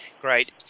great